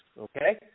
okay